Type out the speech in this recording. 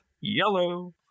Yellow